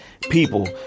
people